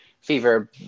fever